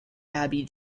abbey